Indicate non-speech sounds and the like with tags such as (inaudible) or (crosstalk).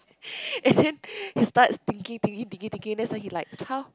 (breath) and then he starts thinking thinking thinking thinking that's why he like how